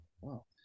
Wow